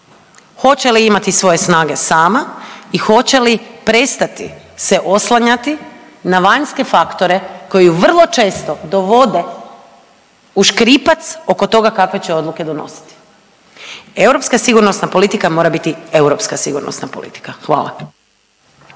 hoće li imati svoje snage sama i hoće li prestati se oslanjati na vanjske faktore koji ju vrlo često dovode u škripac oko toga kakve će odluke donositi. Europska sigurnosna politika mora biti europska sigurnosna politika. Hvala.